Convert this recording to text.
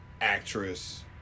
actress